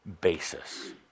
basis